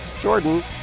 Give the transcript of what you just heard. Jordan